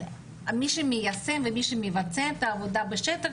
אבל מי שמיישם ומי שמבצע את העבודה בשטח